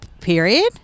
period